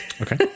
Okay